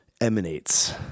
emanates